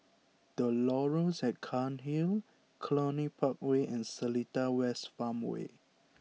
the Laurels at Cairnhill Cluny Park Way and Seletar West Farmway